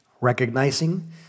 recognizing